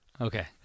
Okay